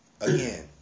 again